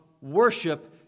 worship